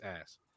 ass